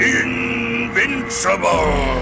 invincible